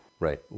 Right